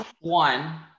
One